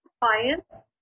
clients